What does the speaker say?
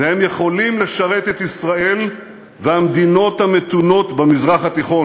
והם יכולים לשרת את ישראל ואת המדינות המתונות במזרח התיכון